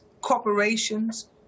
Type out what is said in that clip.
corporations